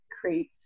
create